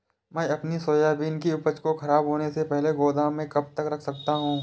मैं अपनी सोयाबीन की उपज को ख़राब होने से पहले गोदाम में कब तक रख सकता हूँ?